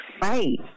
right